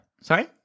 Sorry